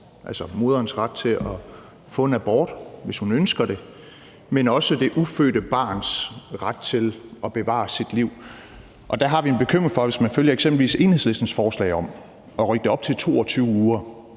altså moderens ret til at få en abort, hvis hun ønsker det. Det andet er jo det ufødte barns ret til at bevare sit liv. Der har vi en bekymring, hvis man følger eksempelvis Enhedslistens forslag om at rykke det op til 22 uger,